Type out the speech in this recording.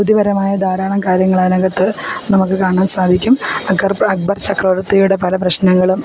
ബുദ്ധിപരമായ ധാരാളം കാര്യങ്ങളതിനകത്ത് നമുക്ക് കാണാന് സാധിക്കും അകര്പ്പ് അക്ബര് ചക്രവര്ത്തിയുടെ പല പ്രശ്നങ്ങളും